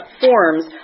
forms